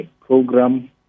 program